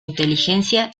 inteligencia